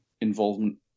involvement